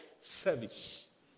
service